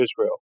Israel